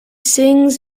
sings